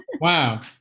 Wow